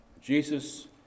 Jesus